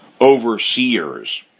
overseers